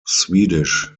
swedish